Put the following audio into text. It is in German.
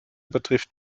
betrifft